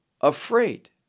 afraid